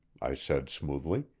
i said smoothly.